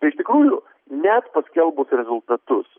iš tikrųjų net paskelbus rezultatus